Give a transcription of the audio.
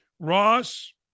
Ross